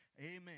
Amen